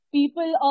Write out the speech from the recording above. people